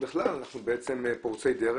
בכלל אנחנו פורצי דרך.